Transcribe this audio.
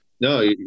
no